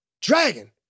Dragon